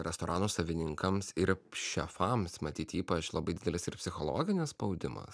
restorano savininkams ir šefams matyt ypač labai didelis ir psichologinis spaudimas